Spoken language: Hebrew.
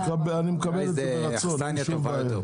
אני מקבל את זה ברצון, אין שום בעיה.